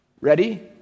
Ready